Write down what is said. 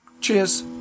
Cheers